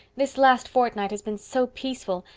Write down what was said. this last fortnight has been so peaceful,